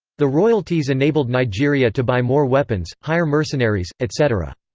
the royalties enabled nigeria to buy more weapons, hire mercenaries, etc.